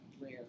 rare